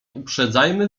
uprzedzajmy